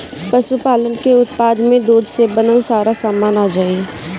पशुपालन के उत्पाद में दूध से बनल सारा सामान आ जाई